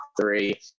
three